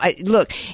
look